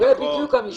זה בדיוק המשפט.